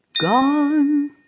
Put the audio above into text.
gone